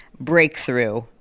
Breakthrough